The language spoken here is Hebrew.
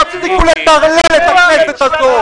תפסיקו לטרלל את הכנסת הזאת.